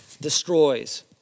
Destroys